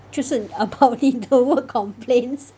就是 about 你的 work complaints